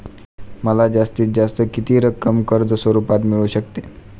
मला जास्तीत जास्त किती रक्कम कर्ज स्वरूपात मिळू शकते?